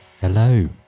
Hello